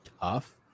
tough